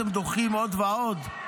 אתם דוחים עוד ועוד?